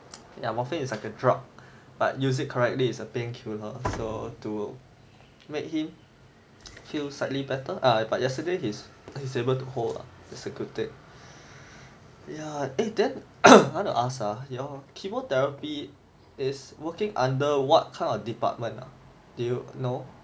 ya morphine is like a drug but use it correctly it's a pain killer so to make him feel slightly better ah but yesterday he's he's able to hold lah it's a good thing ya eh then I want to ask ah your chemotherapy is working under what kind of department ah you know